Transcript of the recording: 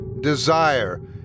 desire